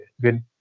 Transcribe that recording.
good